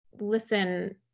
listen